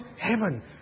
heaven